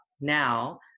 now